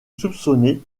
soupçonné